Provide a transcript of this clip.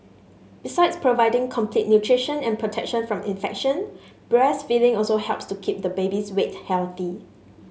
besides providing complete nutrition and protection from infection breastfeeding also helps to keep the baby's weight healthy